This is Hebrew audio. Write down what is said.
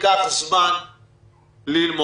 ייקח זמן ללמוד,